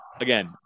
again